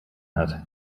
hat